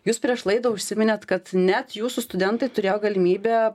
jūs prieš laidą užsiminėt kad net jūsų studentai turėjo galimybę